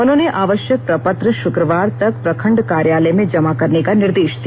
उन्होंने आवश्यक प्रपत्र शुक्रवार तक प्रखंड कार्यालय में जमा करने का निर्देश दिया